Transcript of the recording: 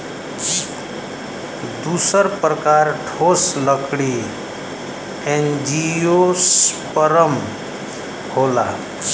दूसर प्रकार ठोस लकड़ी एंजियोस्पर्म होला